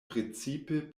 precipe